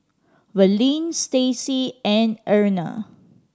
Verlin Stacey and Erna